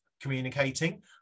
communicating